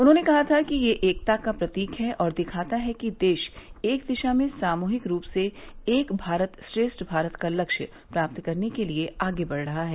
उन्होंने कहा था कि ये एकता का प्रतीक हैं और दिखाता है कि देश एक दिशा में सामूहिक रूप से एक भारत श्रेष्ठ भारत का लक्ष्य प्राप्त करने के लिए आगे बढ़ रहा है